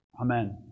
Amen